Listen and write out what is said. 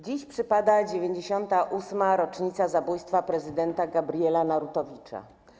Dziś przypada 98. rocznica zabójstwa prezydenta Gabriela Narutowicza.